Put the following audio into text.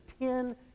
ten